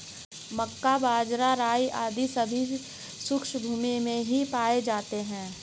मक्का, बाजरा, राई आदि सभी शुष्क भूमी में ही पाए जाते हैं